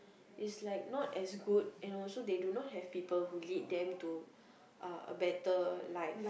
is like not as good and also they do not have people who lead them to uh a better life